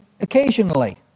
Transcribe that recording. occasionally